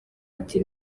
ati